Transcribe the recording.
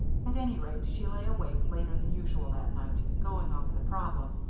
at any rate, she lay awake later than usual that night, going over the problem,